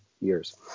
years